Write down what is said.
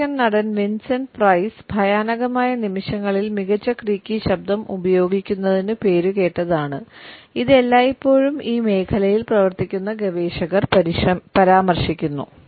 American നടൻ Vincent Price ഭയാനകമായ നിമിഷങ്ങളിൽ മികച്ച ക്രീക്കി ശബ്ദം ഉപയോഗിക്കുന്നതിന് പേരുകേട്ടതാണ് ഇത് എല്ലായ്പ്പോഴും ഈ മേഖലയിൽ പ്രവർത്തിക്കുന്ന ഗവേഷകർ പരാമർശിക്കുന്നു